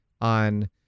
on